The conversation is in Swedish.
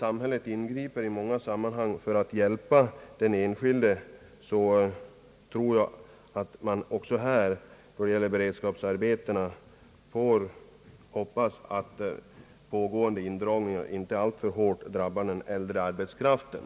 Samhället ingriper ju i många sammanhang för att hjälpa den enskilde, och jag hoppas därför att den pågående indragningen av beredskapsarbetena inte alltför hårt skall behöva drabba den äldre arbetskraften.